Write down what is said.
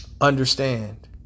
understand